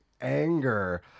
anger